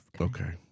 Okay